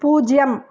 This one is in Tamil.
பூஜ்ஜியம்